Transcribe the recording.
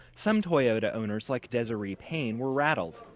some toyota owners like desiree payne were rattled.